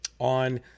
on